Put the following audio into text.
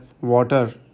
water